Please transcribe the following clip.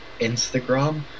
Instagram